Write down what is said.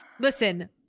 Listen